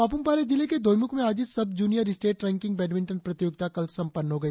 पाप्रमपारे जिले के दोईमुख में आयोजित sub junior state ranking badminton प्रतियोगिता कल संपन्न हो गई